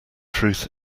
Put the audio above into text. truth